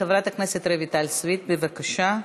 חברת הכנסת רויטל סויד, בבקשה,